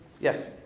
Yes